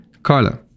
Carla